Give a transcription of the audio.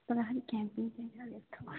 तर खालि क्याम्पिङ्गतिर जाने